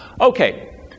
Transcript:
okay